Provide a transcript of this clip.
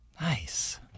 Nice